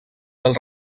del